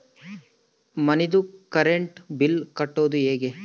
ಮನಿದು current bill ಕಟ್ಟೊದು ಹೇಗೆ?